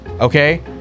Okay